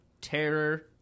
Terror